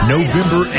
November